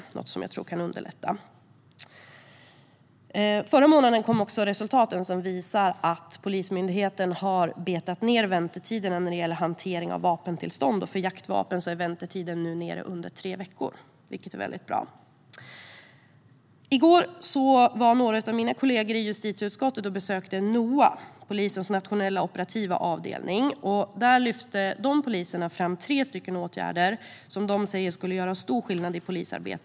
Det är något som jag tror kan underlätta. Förra månaden kom också resultaten som visar att Polismyndigheten har minskat ned väntetiderna när det gäller hantering av vapentillstånd. För jaktvapen är väntetiden under tre veckor, vilket är bra. I går besökte några av mina kollegor i justitieutskottet Noa, Nationella operativa avdelningen, inom polisen. De poliserna lyfte fram tre åtgärder som de säger skulle göra stor skillnad i polisarbetet.